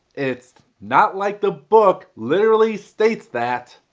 it's not like the book literally states that.